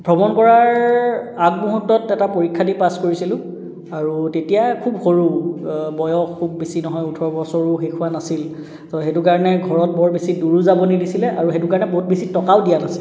ভ্ৰমণ কৰাৰ আগমূহুৰ্ত্তত এটা পৰীক্ষা দি পাছ কৰিছিলোঁ আৰু তেতিয়া খুব সৰু বয়স খুব বেছি নহয় ওঠৰ বছৰো শেষ হোৱা নাছিল তো সেইটো কাৰণে ঘৰত বৰ বেছি দূৰো যাব নিদিছিলে আৰু সেইটো কাৰণে বহুত বেছি টকাও দিয়া নাছিলে